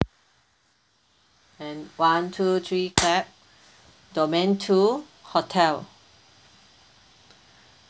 and one two three clap domain two hotel